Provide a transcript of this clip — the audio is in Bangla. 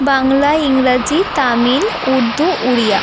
বাংলা ইংরাজি তামিল উর্দু ওড়িয়া